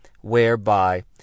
whereby